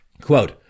Quote